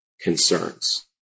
concerns